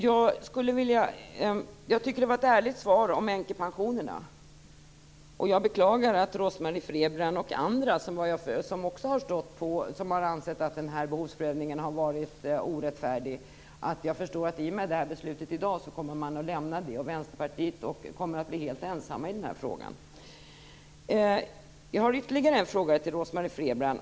Jag tycker att det var ett ärligt svar om änkepensionerna. Jag beklagar att Rose-Marie Frebran och andra som har ansett att behovsprövningen har varit orättfärdig i och med beslutet i dag kommer att lämna den inställningen. Vänsterpartiet kommer att bli helt ensamt i den frågan. Jag har ytterligare en fråga till Rose-Marie Frebran.